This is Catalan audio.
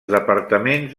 departaments